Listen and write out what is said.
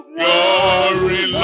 glory